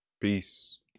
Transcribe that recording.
Peace